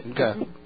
okay